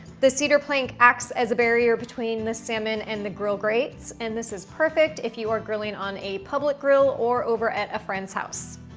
the cedar plank acts as a barrier between the salmon and the grill grates, and this is perfect if you are grilling on a public grill or over at a friend's house.